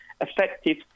effective